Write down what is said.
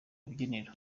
rubyiniro